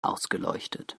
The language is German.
ausgeleuchtet